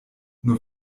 nur